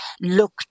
look